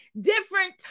different